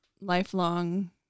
lifelong